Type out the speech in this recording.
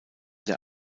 der